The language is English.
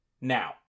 Now